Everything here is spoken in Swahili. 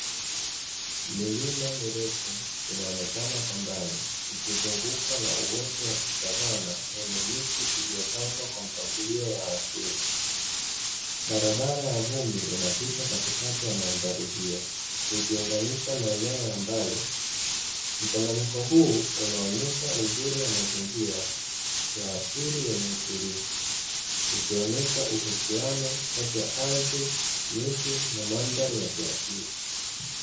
Milima mirefu inaonekana kwa mbali, ikizungukwa na uoto wa kisavana wenye miti iliyopangwa kwa mpangilio wa asili, barabara ya vumbi inapita katikati ya mandhari hiyo, ikiunganisha maeneo ya mbali, mchanganyiko huu unaonyesha uzuri wa mazingira ya asili yenye utulivu ukionyesha uhusiano kati ya ardhi miti na mandhari ya kiasili.